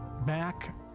back